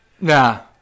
no